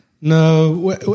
No